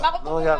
הוא אמר אותו דבר.